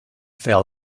fell